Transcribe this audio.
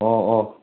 ꯑꯣ ꯑꯣ